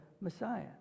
Messiah